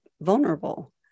vulnerable